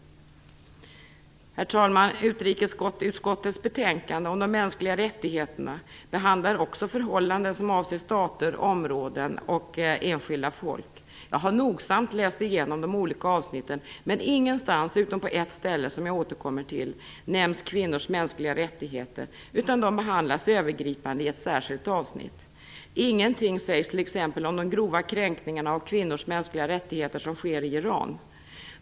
Herr talman! Utrikesutskottets betänkande om de mänskliga rättigheterna behandlar också förhållanden som avser stater, områden och enskilda folk. Jag har nogsamt läst igenom de olika avsnitten, men ingenstans utom på ett ställe - som jag återkommer till - nämns kvinnors mänskliga rättigheter, utan de behandlas övergripande i ett särskilt avsnitt. Ingenting sägs t.ex. om de grova kränkningar av kvinnors mänskliga rättigheter som sker i Iran.